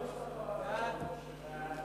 סעיפים 1 5